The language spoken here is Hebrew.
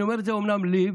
אני אומר את זה אומנם לי,